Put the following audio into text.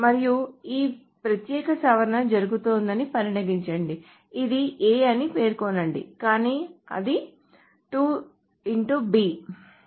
మరియు ఈ ప్రత్యేక సవరణ జరుగుతోందని పరిగణించండి అది A అని పేర్కొనండి కానీ అది 2 B